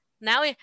now